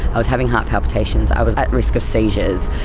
i was having heart palpitations, i was at risk of seizures.